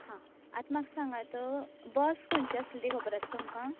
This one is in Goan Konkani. हा आतां म्हाका सांगात बस खंयची आसली खबर आसा तुमकां